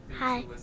Hi